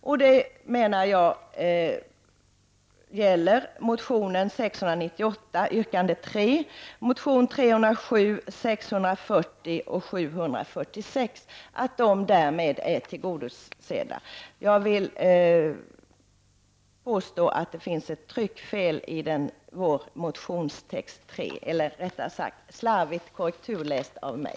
De motioner som avses är motion Ub698, yrkande 3, motionerna Ub307, Ub640 och Ub746. Jag vill nämna att det finns ett tryckfel i vår motionstext. Den var slarvigt korrekturläst av mig.